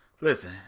Listen